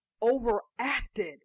overacted